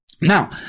Now